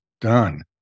done